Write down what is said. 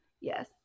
Yes